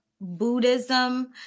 Buddhism